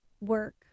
work